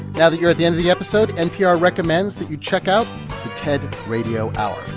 now that you're at the end of the episode, npr recommends that you check out the ted radio hour.